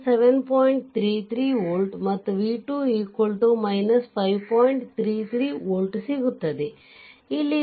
ಇಲ್ಲಿ resistance R 8 Ω ಆದರೆ R 8 Ω resistance super node ಗೆ ಅಭಿಮುಖ ವಾಗಿ ಜೋಡಿಸಿರುವುದರಿಂದ ಯಾವುದೇ ಬದಲಾವಣೆ ಆಗುವುದಿಲ್ಲ